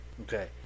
Okay